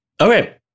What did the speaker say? Okay